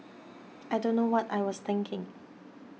I don't know what I was thinking